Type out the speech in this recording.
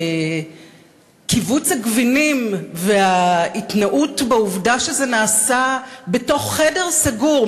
כיווץ הגבינים וההתנאות בעובדה שזה נעשה בתוך חדר סגור,